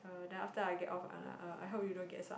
uh then after I get off I'm like uh I hope you don't get sum~